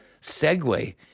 segue